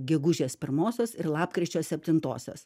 gegužės pirmosios ir lapkričio septintosios